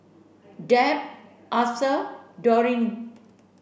Deb Arthur Dorine